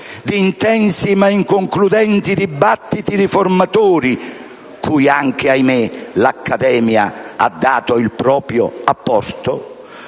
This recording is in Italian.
di intensi ma inconcludenti dibattiti riformatori (cui anche - ahimè - l'accademia ha dato il proprio apporto),